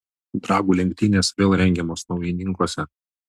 dragų lenktynės vėl rengiamos naujininkuose